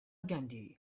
gandhi